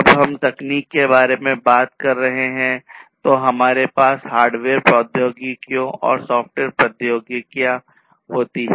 जब हम तकनीक के बारे में बात कर रहे हैं तो हमारे पास हार्डवेयर प्रौद्योगिकियों और सॉफ्टवेयर प्रौद्योगिकियों होती हैं